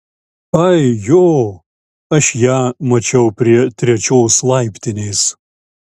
ai jo aš ją mačiau prie trečios laiptinės